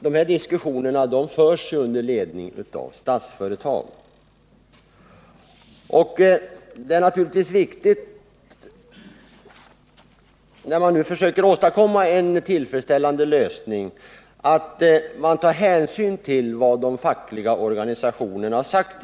De diskussionerna förs under ledning av Statsföretag. När man försöker åstadkomma en tillfredsställande lösning är det naturligtvis viktigt att man tar hänsyn till vad de fackliga organisationerna har sagt.